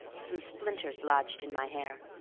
some splinters lodged in my hair.